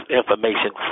information